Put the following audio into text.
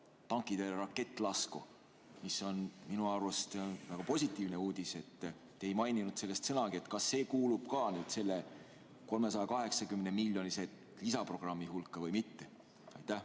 tankitõrje rakettlasku, mis on minu arust positiivne uudis. Te ei maininud sellest sõnagi. Kas see kuulub ka selle 380‑miljonilise lisaprogrammi hulka või mitte? Aitäh!